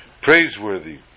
praiseworthy